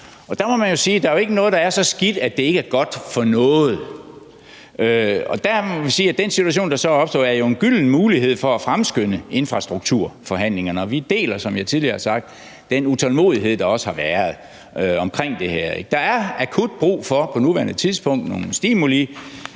at der ikke er noget, der er så skidt, at det ikke er godt for noget, og den situation, der så er opstået, er jo en gylden mulighed for at fremskynde infrastrukturforhandlingerne, og vi deler, som jeg tidligere har sagt, den utålmodighed, der også har været omkring det her. Der er på nuværende tidspunkt